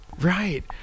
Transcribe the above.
Right